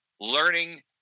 learning